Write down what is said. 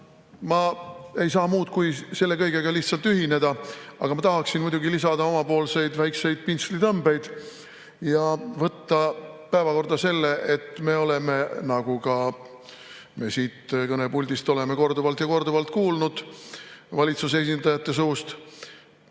Ma ei saa muud kui selle kõigega lihtsalt ühineda. Aga ma tahaksin muidugi lisada oma väikseid pintslitõmbeid ja võtta päevakorda selle, et me oleme – nagu me siit kõnepuldist oleme korduvalt ja korduvalt kuulnud valitsuse esindajate suust